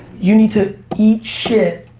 you need to eat shit,